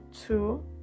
two